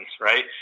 right